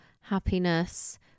happiness